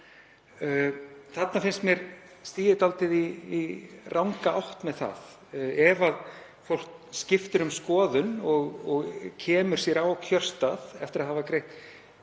Þarna finnst mér stigið dálítið í ranga átt með það. Ef fólk skiptir um skoðun og kemur sér á kjörstað eftir að hafa greitt